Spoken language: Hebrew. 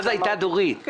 אז הייתה דורית סלינגר.